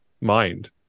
mind